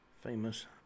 famous